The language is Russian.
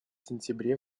сентябре